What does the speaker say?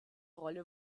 rolle